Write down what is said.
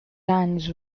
lands